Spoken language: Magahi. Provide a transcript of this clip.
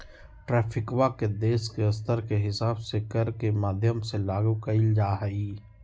ट्रैफिकवा के देश के स्तर के हिसाब से कर के माध्यम से लागू कइल जाहई